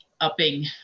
upping